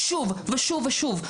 שוב ושוב ושוב.